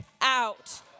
out